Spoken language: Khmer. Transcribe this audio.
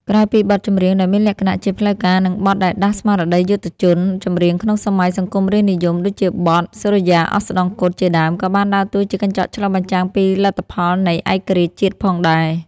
ក្រៅពីបទចម្រៀងដែលមានលក្ខណៈជាផ្លូវការ និងបទដែលដាស់ស្មារតីយុទ្ធជន ចម្រៀងក្នុងសម័យសង្គមរាស្ត្រនិយម ដូចជាបទ សូរិយាអស្តង្គត ជាដើម ក៏បានដើរតួជាកញ្ចក់ឆ្លុះបញ្ចាំងពីលទ្ធផលនៃឯករាជ្យជាតិផងដែរ។